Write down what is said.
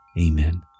Amen